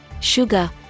sugar